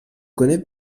connais